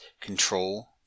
control